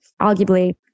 arguably